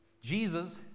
Jesus